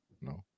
No